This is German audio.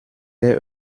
der